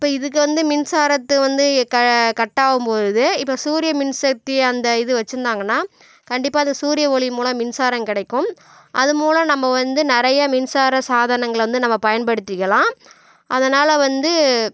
இப்போ இதுக்கு வந்து மின்சாரத்தை வந்து க கட் அகும்பொழுது இப்போ சூரிய மின்சக்தி அந்த இது வச்சுருந்தாங்கனா கண்டிப்பாக அந்த சூரிய ஒளி மூலம் மின்சாரம் கிடைக்கும் அதுமூலம் நம்ம வந்து நிறைய மின்சார சாதனங்களை வந்து நம்ம பயன்படுத்திக்கலாம் அதனால் வந்து